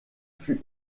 fut